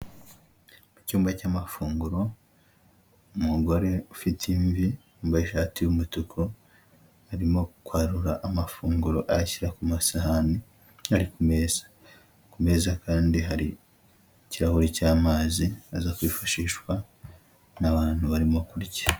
Mu cyumba cy'amafunguro umugore ufite imvi wambaye ishati y'umutuku arimo kwarura amafunguro ayashyira ku masahani ari ku meza, ku meza kandi hari ikirahuri cy'amazi aza kwifashishwa n'abantu barimo kurya.